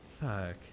Fuck